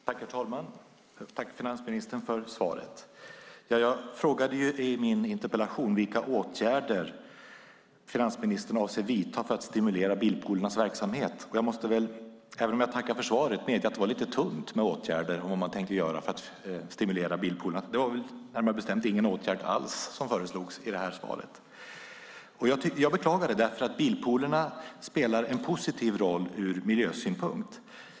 Herr talman! Jag tackar finansministern för svaret. Jag frågade i min interpellation vilka åtgärder finansministern avser vidta för att stimulera bilpoolernas verksamhet. Även om jag tackar för svaret måste jag medge att det var lite tunt med åtgärder när det gäller vad man tänker göra för att stimulera bilpoolerna. Närmare bestäms var det ingen åtgärd alls som föreslogs i svaret. Jag beklagar det eftersom bilpoolerna spelar en positiv roll ur miljösynpunkt.